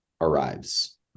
arrives